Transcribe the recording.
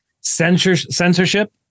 censorship